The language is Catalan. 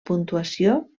puntuació